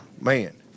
man